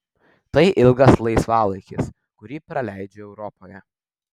tai ilgas laisvalaikis kurį praleidžiu europoje